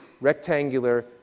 rectangular